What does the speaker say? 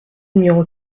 numéro